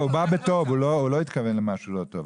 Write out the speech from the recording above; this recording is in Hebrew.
הוא לא התכוון למשהו לא טוב,